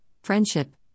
friendship